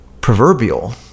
proverbial